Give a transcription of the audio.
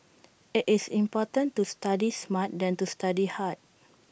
IT is important to study smart than to study hard